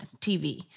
TV